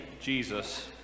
jesus